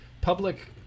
public